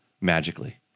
magically